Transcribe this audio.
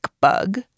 bug